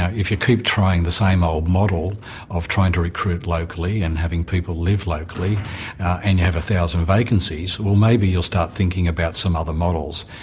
if you keep trying the same old model of trying to recruit locally and having people live locally and you have a thousand vacancies, well maybe you'll start thinking about some other models.